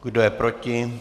Kdo je proti?